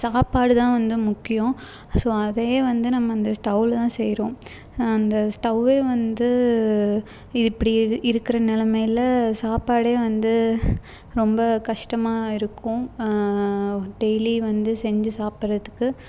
சாப்பாடு தான் வந்து முக்கியம் ஸோ அதையே வந்து நம்ம அந்த ஸ்டவில் தான் செய்கிறோம் அந்த ஸ்டவ் வந்து இது இப்படி இரு இருக்கிற நிலமைல சாப்பாடு வந்து ரொம்ப கஷ்டமாக இருக்கும் டெய்லி வந்து செஞ்சு சாப்புடுறத்துக்கு